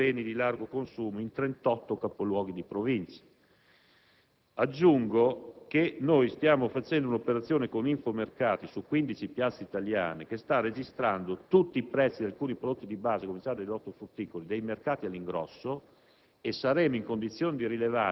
di un paniere di 66 beni di largo consumo in 38 capoluoghi di Provincia. Aggiungo che stiamo realizzando con InfoMercato un'operazione su 15 piazze italiane, che sta registrando tutti i prezzi di alcuni prodotti di base, a cominciare dagli ortofrutticoli, dei mercati all'ingrosso